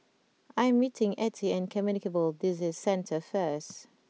I am meeting Ettie at Communicable Disease Centre first